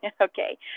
Okay